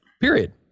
Period